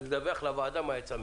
ולדווח לוועדה מה יצא מזה.